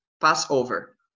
passover